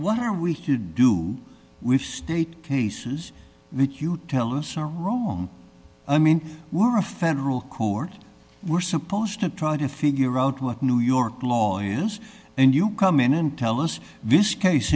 hat are we to do with state cases that you tell us are wrong i mean we're a federal court we're supposed to try to figure out what new york law is and you come in and tell us this case